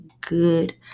good